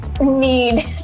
need